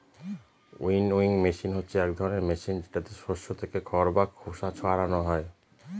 winnowing machine হচ্ছে এক ধরনের মেশিন যেটাতে শস্য থেকে খড় বা খোসা ছারানো হয়